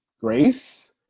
grace